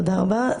תודה רבה.